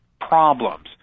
problems